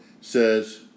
says